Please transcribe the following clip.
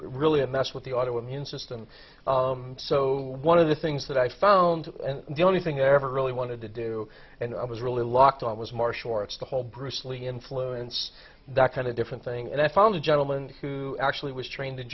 really messed with the auto immune system so one of the things that i found the only thing i ever really wanted to do and i was really locked on was martial arts the whole bruce lee influence that kind of different thing and i found a gentleman who actually was trained in